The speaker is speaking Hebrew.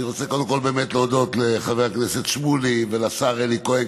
אני רוצה קודם כול להודות לחבר הכנסת שמולי ולשר אלי כהן,